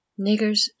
Niggers